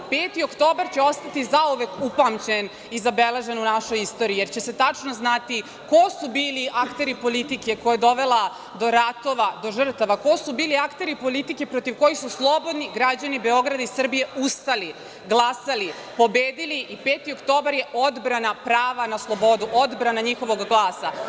Peti oktobar će ostati zauvek upamćen i zabeležen u našoj istoriji jer će se tačno znati ko su bili akteri politike koja je dovela do ratova, do žrtava, ko su bili akteri politike protiv kojih su slobodni građani Beograda i Srbije ustali, glasali, pobedili i 5. oktobar je odbrana prava na slobodu, odbrana njihovog glasa.